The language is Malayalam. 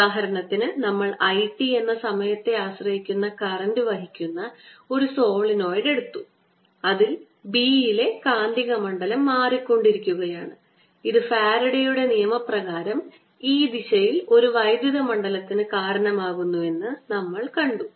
ഉദാഹരണത്തിന് നമ്മൾ I t എന്ന സമയത്തെ ആശ്രയിക്കുന്ന കറന്റ് വഹിക്കുന്ന ഒരു സോളിനോയിഡ് എടുത്തു അതിൽ B യിലെ കാന്തികമണ്ഡലം മാറിക്കൊണ്ടിരിക്കുകയാണ് ഇത് ഫാരഡെയുടെ നിയമപ്രകാരം ഈ ദിശയിൽ ഒരു വൈദ്യുത മണ്ഡലത്തിന് കാരണമാകുമെന്ന് നമ്മൾ കണ്ടു